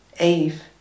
Eve